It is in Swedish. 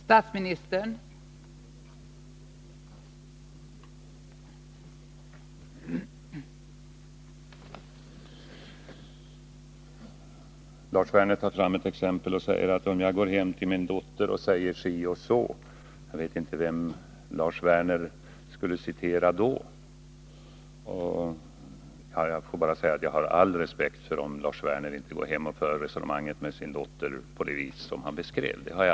Fru talman! Lars Werner tar ett exempel — hur det skulle låta om han går hem till sin dotter och säger si eller så. Jag förstår inte vem Lars Werner skulle vilja citera med detta. Jag vill bara säga att jag har all respekt för att Lars Werner inte går hem och för resonemanget med sin dotter på det sätt han beskrev.